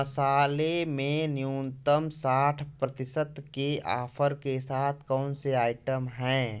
मसाले में न्यूनतम साठ प्रतिशत के आफ़र के साथ कौन से आइटम हैं